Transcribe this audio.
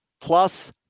Plus